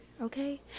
okay